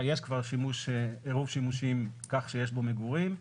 יש כבר עירוב שימושים כך שיש בו מגורים,